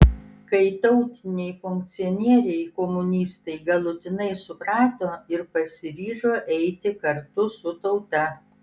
kai tautiniai funkcionieriai komunistai galutinai suprato ir pasiryžo eiti kartu su tauta